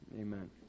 amen